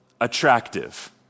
attractive